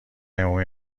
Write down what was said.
عمومی